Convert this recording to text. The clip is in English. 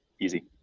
Easy